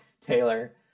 Taylor